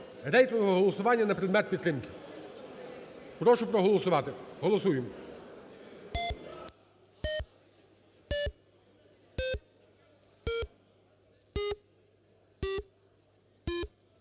рейтингове голосування на предмет підтримки. Прошу проголосувати, голосуємо.